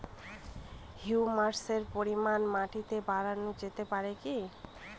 হিউমাসের পরিমান মাটিতে বারানো যেতে পারে কি?